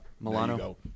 Milano